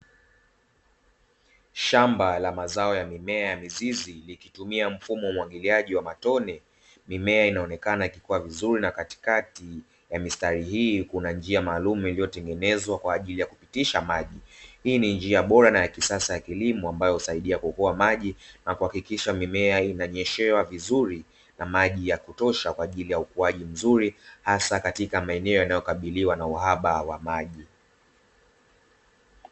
Shamba la mazao ya mimea ya mizizi likitumia mfumo wa umwagiliaji wa matone mimea inaonekana ikikua vizuri, na katikati ya mistari hii kuna njia maalum iliyotengenezwa kwa ajili ya kupitisha maji. Hii ni njia bora na ya kisasa ya kilimo ambayo husaidia kuokoa maji na kuhakikisha mimea inanyeshewa vizuri na maji ya kutosha, kwa ajili ya ukuaji mzuri hasa katika maeneo yanayokabiliwa na uhaba wa maji.